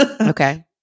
Okay